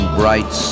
bright